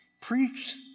preach